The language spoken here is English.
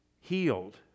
healed